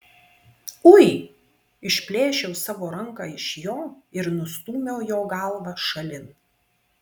ui išplėšiau savo ranką iš jo ir nustūmiau jo galvą šalin